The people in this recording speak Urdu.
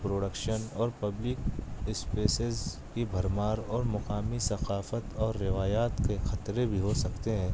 پروڈکشن اور پبلک اسپیسیز کی بھرمار اور مقامی ثقافت اور روایات کے خطرے بھی ہو سکتے ہیں